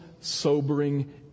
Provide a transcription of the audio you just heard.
sobering